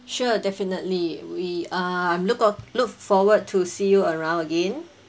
sure definitely we uh I'm look for look forward to see you around again